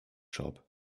shop